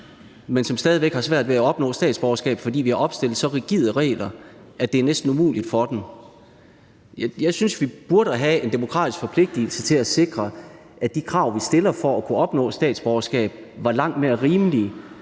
men som stadig væk har svært ved at opnå statsborgerskab, fordi vi har opstillet så rigide regler, at det næsten er umuligt for dem. Jeg synes, vi burde have en demokratisk forpligtelse til at sikre, at de krav, vi stiller, for at kunne opnå statsborgerskab, var langt mere rimelige.